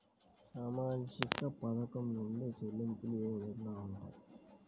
సామాజిక పథకం నుండి చెల్లింపులు ఏ విధంగా ఉంటాయి?